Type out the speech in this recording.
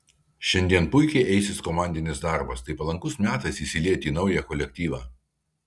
šiandien puikiai eisis komandinis darbas tai palankus metas įsilieti į naują kolektyvą